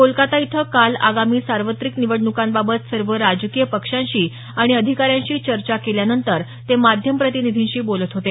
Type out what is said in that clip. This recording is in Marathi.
कोलकाता इथं काल आगामी सार्वत्रिक निवडणुकांबाबत सर्व राजकीय पक्षांशी आणि अधिकाऱ्यांशी चर्चा केल्यानंतर ते माध्यम प्रतिनिधींशी बोलत होते